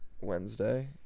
Wednesday